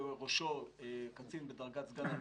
בראשו עמד קצין בדרגת סגן אלוף,